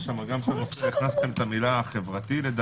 הכנסתם את המילה חברתי.